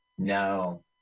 No